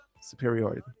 superiority